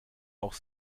auch